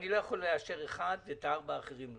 אני לא יכול לאשר פרויקט אחד ואילו את הארבעה האחרים לא.